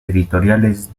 editoriales